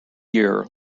year